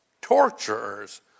Torturers